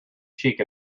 cheek